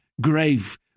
grave